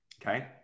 Okay